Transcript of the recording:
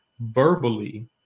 verbally